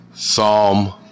Psalm